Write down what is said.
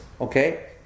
Okay